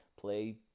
play